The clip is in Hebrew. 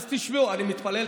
מתי אתה מתפלל?